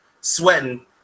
sweating